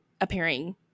appearing